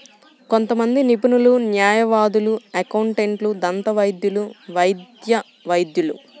కొంతమంది నిపుణులు, న్యాయవాదులు, అకౌంటెంట్లు, దంతవైద్యులు, వైద్య వైద్యులు